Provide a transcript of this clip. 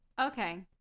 Okay